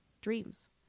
dreams